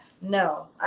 No